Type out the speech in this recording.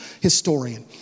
historian